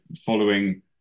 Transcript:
following